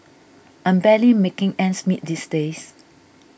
I'm barely making ends meet these days